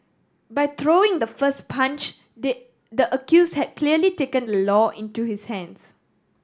by throwing the first punch they the accused had clearly taken the law into his hands